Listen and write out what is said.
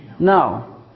No